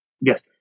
Yes